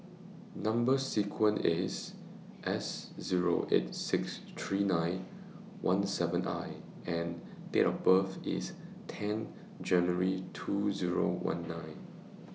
Number sequence IS S Zero eight six three nine one seven I and Date of birth IS ten January two Zero one nine